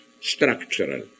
structural